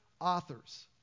authors